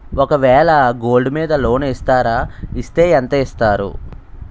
ఒక వేల గోల్డ్ మీద లోన్ ఇస్తారా? ఇస్తే ఎంత ఇస్తారు?